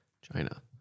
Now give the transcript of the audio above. China